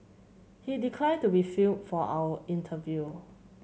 he declined to be filmed for our interview